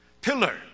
Pillar